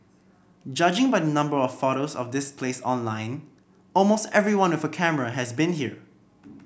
judging by the number of photos of this place online almost everyone with a camera has been here